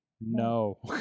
no